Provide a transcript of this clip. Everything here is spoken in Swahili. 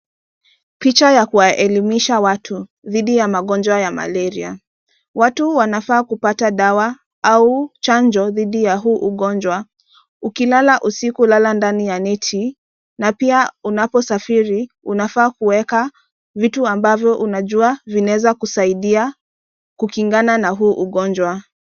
Picha ya kuwaelimisha watu dhidi ya magonjwa ya malaria. Watu wanafaa kupata dawa au chanjo dhidi ya huu ugonjwa. Ukilala usiku lala ndani ya net na pia unaposafiri unafaa kuweka vitu ambavyo unajua vinaweza kusaidia kukingana na huu ugonjwa.